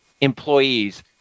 employees